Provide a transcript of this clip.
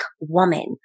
woman